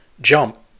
Jump